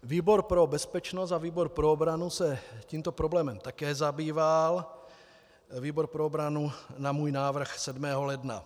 Výbor pro bezpečnost a výbor pro obranu se tímto problémem také zabývaly, výbor pro obranu na můj návrh 7. ledna.